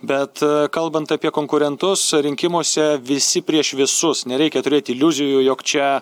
bet kalbant apie konkurentus rinkimuose visi prieš visus nereikia turėt iliuzijų jog čia